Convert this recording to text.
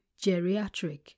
Geriatric